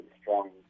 strong